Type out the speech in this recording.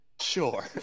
Sure